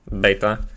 beta